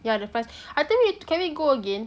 ya lepas I think we can we go again